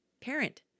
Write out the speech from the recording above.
parent